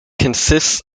consists